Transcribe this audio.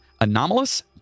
anomalous